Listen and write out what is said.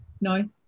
no